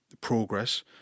progress